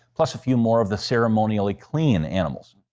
plus a few more of the ceremonially clean animals.